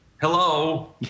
Hello